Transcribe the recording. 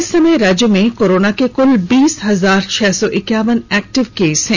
इस समय राज्य में कोरोना के कुल बीस हजार छह सौ इक्याबन एक्टिव केस हैं